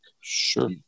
Sure